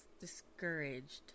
Discouraged